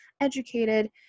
educated